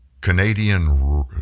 Canadian